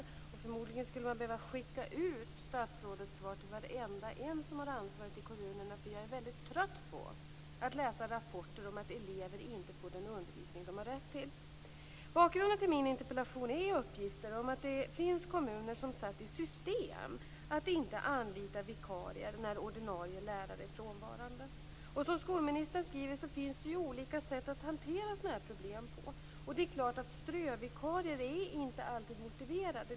Man skulle förmodligen behöva skicka ut statsrådets svar till varenda en som har ansvaret i kommunerna. Jag är trött på att läsa rapporter om att elever inte får den undervisning de har rätt till. Bakgrunden till min interpellation är uppgifter om att det finns kommuner som satt i system att inte anlita vikarier när ordinarie lärare är frånvarande. Som skolministern skriver finns det olika sätt att hantera sådana problem. Det är klart att strövikarier inte alltid är motiverade.